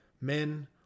Men